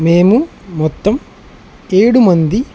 మేము మొత్తం ఏడు మంది